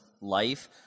life